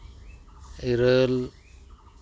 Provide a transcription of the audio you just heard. ᱤᱨᱟᱹᱞ